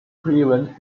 prevent